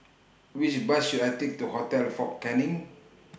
Which Bus should I Take to Hotel Fort Canning